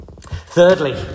Thirdly